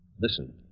listen